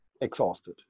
exhausted